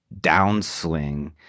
downswing